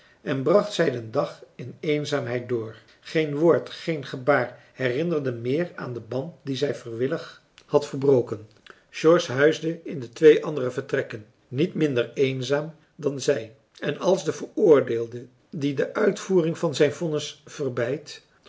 en bracht zij den dag marcellus emants een drietal novellen in eenzaamheid door geen woord geen gebaar herinnerde meer aan den band dien zij vrijwillig had verbroken george huisde in de twee andere vertrekken niet minder eenzaam dan zij en als de veroordeelde die de uitvoering van zijn vonnis